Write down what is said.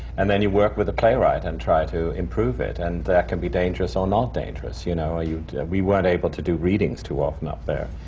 and then you work with the playwright and try to improve it, and that can be dangerous or not dangerous. you know, ah we weren't able to do readings too often up there.